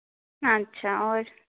अच्छा होर